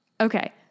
okay